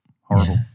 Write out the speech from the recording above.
horrible